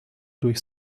durch